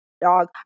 dog